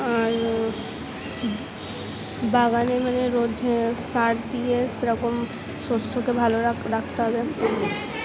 আর বাগানে মানে রোজ সার দিয়ে সেরকম শস্যকে ভালো রাখতে হবে